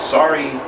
Sorry